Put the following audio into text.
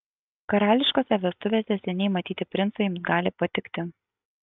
karališkose vestuvėse seniai matyti princai jums gali patikti